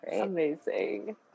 Amazing